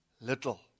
little